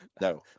no